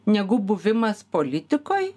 negu buvimas politikoj